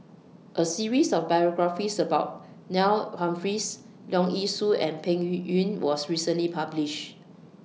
A series of biographies about Neil Humphreys Leong Yee Soo and Peng Yuyun was recently published